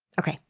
okay,